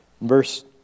Verse